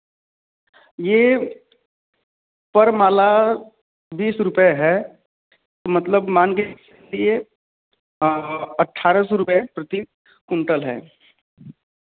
यह पर माला बीस रुपये है मतलब मान कर चलिए अट्ठारह सौ रुपये प्रति कुंतल है